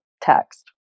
text